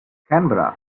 canberra